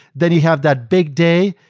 then you have that big day,